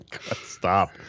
stop